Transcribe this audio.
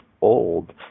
old